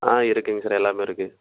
ஆ இருக்குங்க சார் எல்லாமே இருக்கு